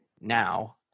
now